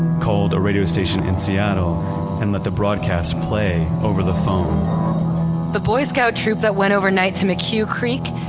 called a radio station in seattle and let the broadcast play over the phone the boy scout troop that went overnight to mchugh creek,